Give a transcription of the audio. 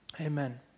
Amen